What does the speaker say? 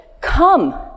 Come